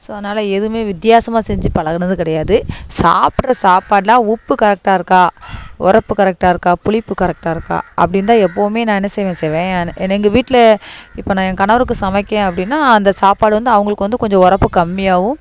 so அதனாலே எதுவும் வித்தியாசமாக செஞ்சு பழகுனது கிடையாது சாப்பிட்ற சாப்பாடெலாம் உப்பு கரெக்டாக இருக்கா உரப்பு கரெக்டாக இருக்கா புளிப்பு கரெக்டாக இருக்கா அப்டின்னு தான் எப்போவுமே நான் என்ன செய்வேன் செய்வேன் எங்கள் வீட்டில் இப்போ நான் என் கணவருக்கு சமைக்கேன் அப்படின்னா அந்த சாப்பாடு வந்து அவர்களுக்கு வந்து கொஞ்சம் உரப்பு கம்மியாகவும்